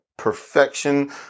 perfection